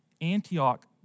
Antioch